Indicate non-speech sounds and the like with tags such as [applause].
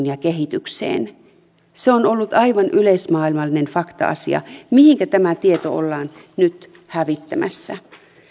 [unintelligible] ja kehityksessä se on ollut aivan yleismaailmallinen fakta asia mihinkä tämä tieto ollaan nyt hävittämässä